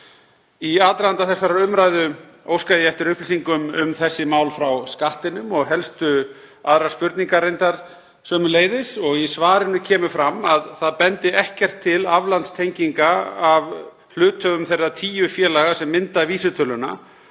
Í aðdraganda þessarar umræðu óskaði ég eftir upplýsingum um þessi mál frá Skattinum og helstu aðrar spurningar reyndar sömuleiðis. Í svarinu kemur fram að ekkert bendi til aflandstenginga af hluthöfum þeirra tíu félaga sem mynda vísitöluna